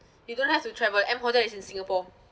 you don't have to travel M hotel is in singapore